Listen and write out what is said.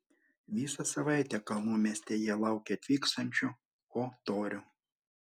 visą savaitę kalnų mieste jie laukė atvykstančių o torių